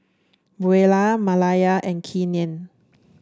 Buelah Malaya and Keenen